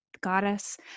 goddess